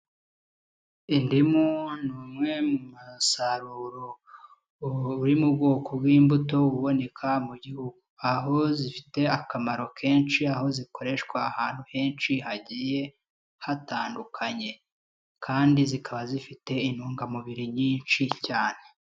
Indimu ni umwe mu masaruro uri mu bwoko bw'imbuto uboneka mu gihugu, aho zifite akamaro kenshi, aho zikoreshwa ahantu henshi hagiye hatandukanye kandi zikaba zifite intungamubiri nyinshi cyane.